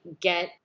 get